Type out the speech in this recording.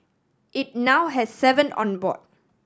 it now has seven on board